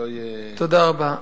תודה רבה.